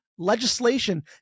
legislation